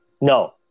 no